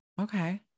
Okay